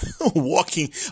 walking